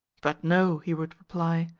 but no, he would reply.